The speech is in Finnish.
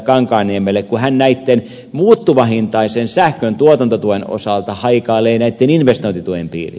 kankaanniemelle kun hän muuttuvahintaisen sähkön tuotantotuen osalta haikailee investointituen piiriin